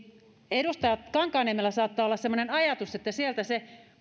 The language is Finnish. edustaja kankaanniemellä saattaa olla semmoinen ajatus että sieltä se